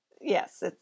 Yes